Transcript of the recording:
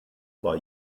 war